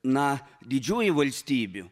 na didžiųjų valstybių